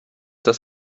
das